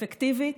אפקטיבית,